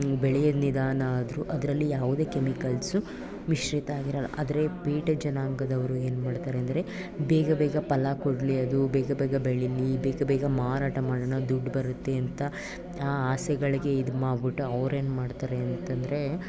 ಬೆಳೆಯೋದು ನಿಧಾನ ಆದ್ರೂ ಅದರಲ್ಲಿ ಯಾವುದೇ ಕೆಮಿಕಲ್ಸು ಮಿಶ್ರಿತ ಆಗಿರೋಲ್ಲ ಆದರೆ ಪೇಟೆ ಜನಾಂಗದವರು ಏನು ಮಾಡ್ತಾರೆ ಅಂದರೆ ಬೇಗ ಬೇಗ ಫಲ ಕೊಡಲಿ ಅದು ಬೇಗ ಬೇಗ ಬೆಳೀಲಿ ಬೇಗ ಬೇಗ ಮಾರಾಟ ಮಾಡೋಣ ದುಡ್ಡು ಬರುತ್ತೆ ಅಂತ ಆ ಆಸೆಗಳಿಗೆ ಇದ್ಮಾಡಿಬಿಟ್ಟು ಅವ್ರೇನು ಮಾಡ್ತಾರೆ ಅಂತ ಅಂದ್ರೆ